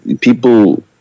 people